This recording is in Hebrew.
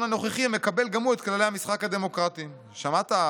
הנוכחי מקבל גם הוא את כללי המשחק הדמוקרטיים" שמעת,